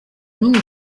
n’umwe